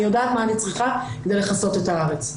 יודעת מה אני צריכה כדי לכסות את הארץ.